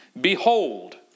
Behold